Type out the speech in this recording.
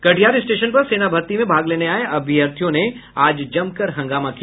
Katihar station पर सेना भर्ती में भाग लेने आये अभ्यर्थियों ने आज जमकर हंगामा किया